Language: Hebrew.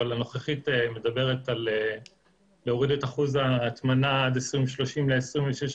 מדברת על הורדת אחוז ההטמנה עד 2030 ל-26%,